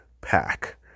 Pack